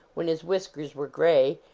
when his whiskers were gray,